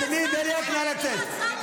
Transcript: תתבייש.